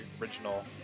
original